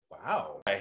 Wow